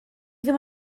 ddim